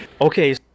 Okay